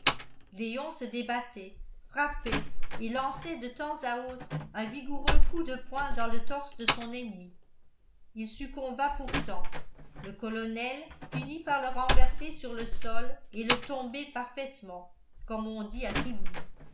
léon se débattait frappait et lançait de temps à autre un vigoureux coup de poing dans le torse de son ennemi il succomba pourtant le colonel finit par le renverser sur le sol et le tomber parfaitement comme on dit à toulouse